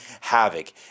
havoc